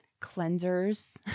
cleansers